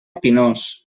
pinós